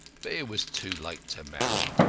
but it was too late to marry.